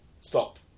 Stop